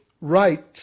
right